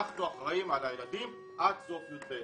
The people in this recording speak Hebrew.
אנחנו אחראים על הילדים עד סוף יב'.